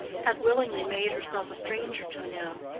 had willingly made herself a stranger to him,